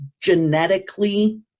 genetically